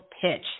pitch